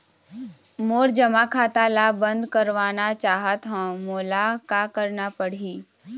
मोर जमा खाता ला बंद करवाना चाहत हव मोला का करना पड़ही?